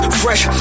fresh